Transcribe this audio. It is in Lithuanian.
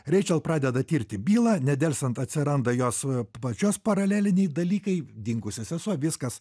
reičel pradeda tirti bylą nedelsiant atsiranda jos pačios paraleliniai dalykai dingusi sesuo viskas